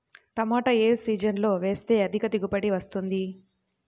టమాటా ఏ సీజన్లో వేస్తే అధిక దిగుబడి వస్తుంది?